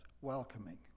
welcoming